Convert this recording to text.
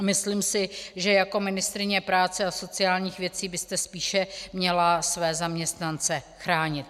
Myslím si, že jako ministryně práce a sociálních věcí byste spíše měla své zaměstnance chránit.